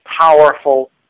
powerful